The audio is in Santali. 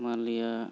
ᱢᱟᱱᱞᱤᱭᱟ